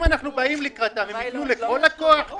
אם אנחנו באים לקראתם, הם יתנו לכל לקוח?